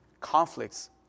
conflicts